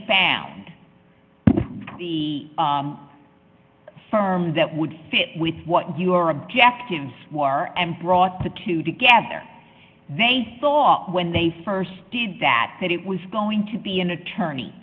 found the firm that would fit with what your objectives were and brought the two together they thought when they st did that that it was going to be an attorney